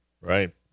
Right